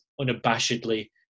unabashedly